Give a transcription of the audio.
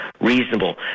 reasonable